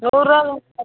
நூறுபா